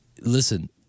listen